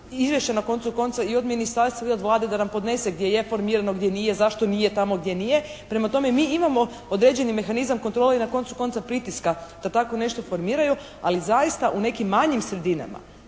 izvješća na koncu konca i od ministarstva i od Vlade da nam podnese gdje je formirano, gdje nije, zašto nije tamo gdje nije. Prema tome, mi imamo određeni mehanizam kontrole i na koncu konca pritiska da tako nešto formiraju. Ali zaista u nekim manjim sredinama